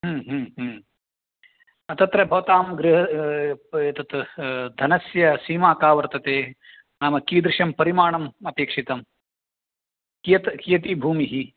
तत्र भवतां गृ एतत् धनस्य सीमा का वर्तते नाम कीदृशं परिमाणम् अपेक्षितं कियत् कियती भूमिः